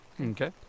Okay